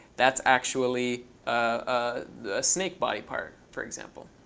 that's actually a snake body part, for example.